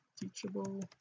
teachable